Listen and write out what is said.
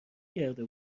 کرده